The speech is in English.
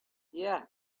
yeah